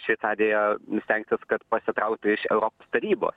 šveicarija stengtis kad pasitrauktų iš europos tarybos